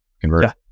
convert